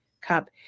cup